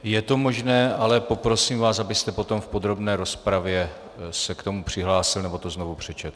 Je to možné, ale poprosím vás, abyste potom v podrobné rozpravě se k tomu přihlásil nebo to znovu přečetl.